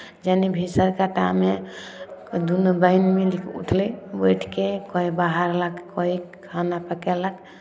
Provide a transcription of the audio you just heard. जेना भिनसरके टाइममे दुनू बहीन मिलि कऽ उठली उठि कऽ कोइ बहारलक कोइ खाना पकयलक